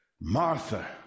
Martha